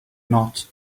not